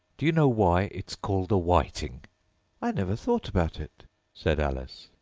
do you know why it's called a whiting i never thought about it said alice.